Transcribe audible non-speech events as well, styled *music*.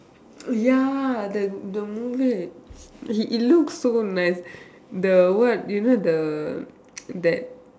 ya that the movie it it looks so nice the what you know the *noise* that